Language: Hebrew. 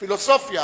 פילוסופיה,